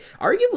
arguably